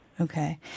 Okay